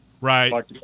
right